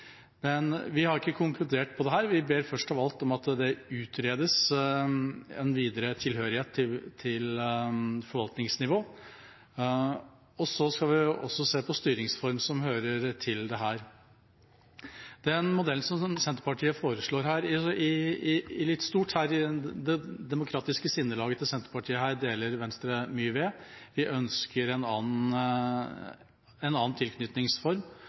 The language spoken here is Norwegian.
Men vi har ikke konkludert på dette, og vi ber først av alt om at det utredes en videre tilhørighet til forvaltningsnivå. Vi skal også se på styringsform som hører til dette. Den modellen som Senterpartiet foreslår – i litt stort, det demokratiske sinnelaget til Senterpartiet her – er Venstre mye enig i. Vi ønsker en annen tilknytningsform